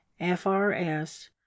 frs